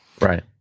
Right